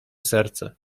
serce